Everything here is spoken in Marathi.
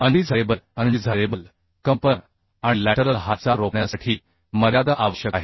अनडीझारेबल कंपन आणि लॅटरल हालचाल रोखण्यासाठी मर्यादा आवश्यक आहे